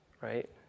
right